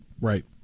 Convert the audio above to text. Right